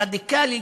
הרדיקלי,